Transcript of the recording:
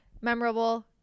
memorable